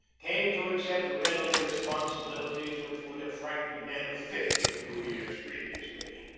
came to accept readily responsibilities which would have frightened men of fifty a few years previously.